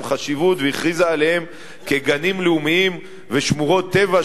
חשיבות והכריזה עליהם כגנים לאומיים ושמורות טבע,